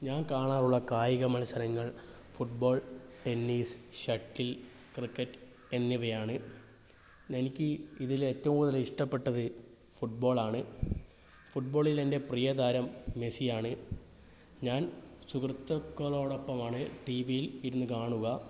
ഞാൻ കാണാറുള്ള കായിക മത്സരങ്ങൾ ഫുട്ബോൾ ടെന്നീസ് ഷട്ടിൽ ക്രിക്കറ്റ് എന്നിവയാണ് എനിക്ക് ഇതിൽ ഏറ്റവും കൂടുതൽ ഇഷ്ടപ്പെട്ടത് ഫുട്ബോൾ ആണ് ഫുട്ബോളിൽ എന്റെ പ്രിയതാരം മെസ്സി ആണ് ഞാൻ സുഹൃത്തുക്കളോടൊപ്പമാണ് ടി വിയിൽ ഇരുന്നു കാണുക